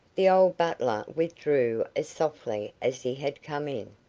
the old butler withdrew as softly as he had come in,